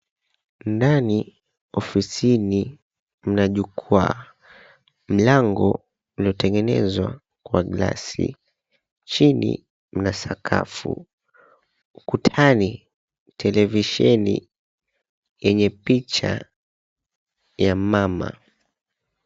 Ndani ofisini mna jukwaa, mlango uliotengenezwa kwa gilasi. Chini mna sakafu, ukutani, televisheni yenye picha ya mmama.